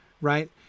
right